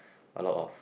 a lot of